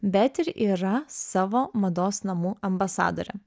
bet ir yra savo mados namų ambasadorė